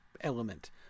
element